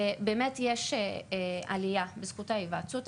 יש עלייה בזכות ההיוועצות.